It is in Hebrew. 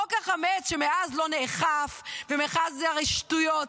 חוק החמץ, שמאז לא נאכף וזה הרי שטויות.